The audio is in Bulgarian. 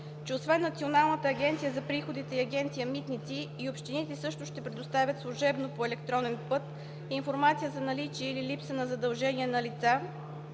че освен Националната агенция за приходите и Агенция „Митници“, и общините също ще предоставят служебно по електронен път информация за наличие или липса на задължения на лица,